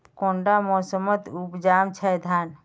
कुंडा मोसमोत उपजाम छै धान?